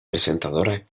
presentadora